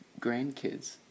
grandkids